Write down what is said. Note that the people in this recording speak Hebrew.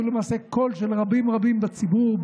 שהוא למעשה קול של רבים רבים בציבור.